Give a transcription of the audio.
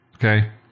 Okay